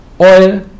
oil